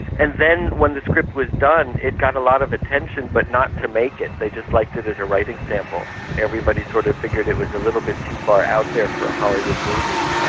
and then when the script was done it got a lot of attention but not to make it, they just liked it as a writing sample. everybody sort of figured it was a little bit too far out there for a hollywood movie.